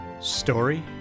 Story